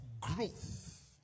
growth